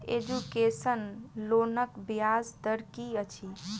Education लोनक ब्याज दर की अछि?